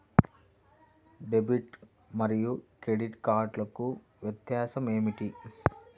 Debit మరియు credit కార్డ్లకు వ్యత్యాసమేమిటీ?